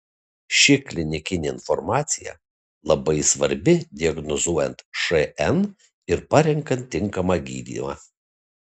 ši klinikinė informacija labai svarbi diagnozuojant šn ir parenkant tinkamą gydymą